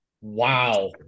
Wow